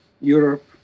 Europe